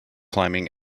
climbing